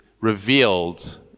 revealed